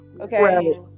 Okay